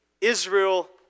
Israel